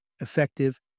effective